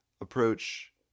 approach